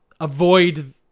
avoid